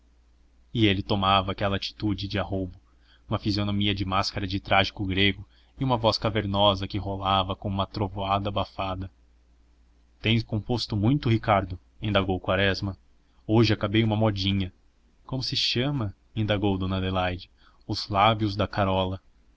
e ele tomava aquela atitude de arroubo uma fisionomia de máscara de trágico grego e uma voz cavernosa que rolava como uma trovoada abafada tens composto muito ricardo indagou quaresma hoje acabei uma modinha como se chama indagou dona adelaide os lábios da carola